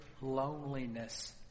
loneliness